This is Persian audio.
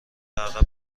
عقب